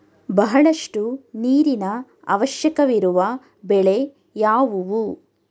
ಬಹಳಷ್ಟು ನೀರಿನ ಅವಶ್ಯಕವಿರುವ ಬೆಳೆ ಯಾವುವು?